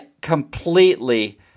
completely